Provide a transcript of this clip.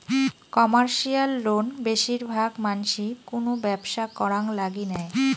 commercial loan বেশির ভাগ মানসি কুনো ব্যবসা করাং লাগি নেয়